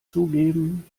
zugeben